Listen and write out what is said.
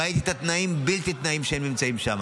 ראיתי את התנאים, הם נמצאים בתת-תנאים.